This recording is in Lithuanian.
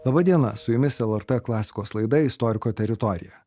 laba diena su jumis lrt klasikos laida istoriko teritorija